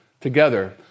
together